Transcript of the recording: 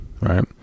right